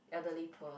elderly poor